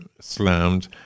slammed